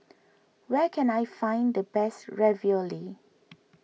where can I find the best Ravioli